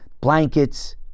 blankets